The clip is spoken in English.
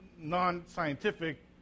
non-scientific